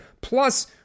Plus